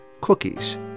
cookies